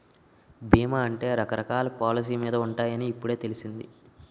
బీమా అంటే రకరకాల పాలసీ మీద ఉంటాయని ఇప్పుడే తెలిసింది